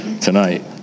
tonight